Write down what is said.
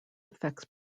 affects